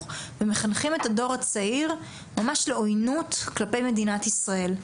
ומחנכים את הדור הצעיר ממש לעויינות כלפי מדינת ישראל.